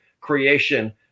creation